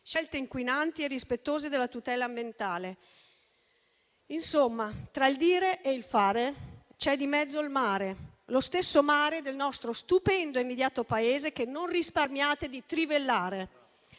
scelte inquinanti e irrispettose della tutela ambientale. Insomma, tra il dire e il fare c'è di mezzo il mare, lo stesso mare del nostro stupendo e invidiato Paese che non risparmiate di trivellare.